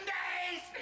days